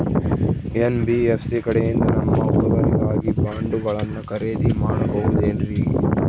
NBFC ಕಡೆಯಿಂದ ನಮ್ಮ ಹುಡುಗರಿಗಾಗಿ ಬಾಂಡುಗಳನ್ನ ಖರೇದಿ ಮಾಡಬಹುದೇನ್ರಿ?